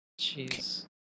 Jeez